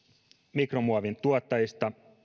mikromuovin tuottajista